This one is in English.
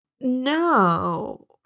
no